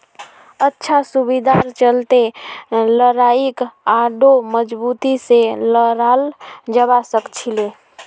अच्छा सुविधार चलते लड़ाईक आढ़ौ मजबूती से लड़ाल जवा सखछिले